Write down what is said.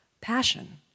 Passion